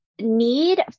need